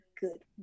good